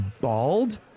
Bald